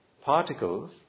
particles